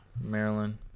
Maryland